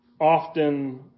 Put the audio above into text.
often